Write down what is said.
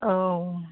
औ